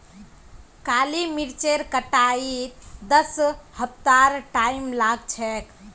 काली मरीचेर कटाईत दस हफ्तार टाइम लाग छेक